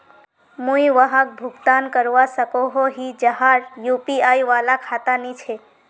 मुई वहाक भुगतान करवा सकोहो ही जहार यु.पी.आई वाला खाता नी छे?